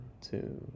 two